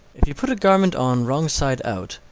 if you put a garment on wrong side out,